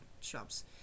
shops